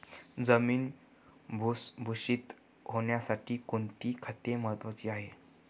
जमीन भुसभुशीत होण्यासाठी कोणती खते महत्वाची आहेत?